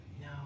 No